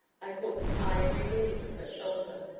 i caught the ivory gleam of her shoulder,